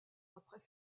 après